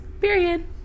Period